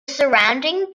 surrounding